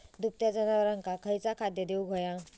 दुभत्या जनावरांका खयचा खाद्य देऊक व्हया?